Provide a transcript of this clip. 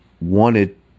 wanted